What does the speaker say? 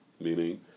Meaning